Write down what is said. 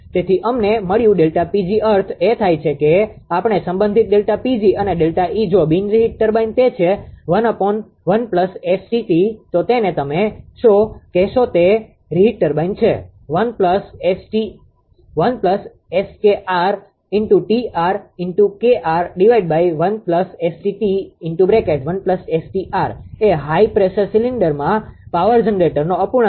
તેથી અમને મળ્યું ΔPg અર્થ એ થાય કે આપણે સંબંધિત ΔPg અને ΔE જો બિન reheat ટર્બાઇન તે છે તો તેને તમે શો કહેશો તે રીહિટ ટર્બાઇન છે એ હાઈ પ્રેશર સિલિન્ડરમાં પાવર જનરેટરનો અપૂર્ણાંક છે